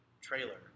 trailer